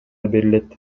берилет